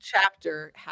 chapter